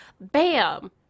bam